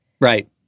Right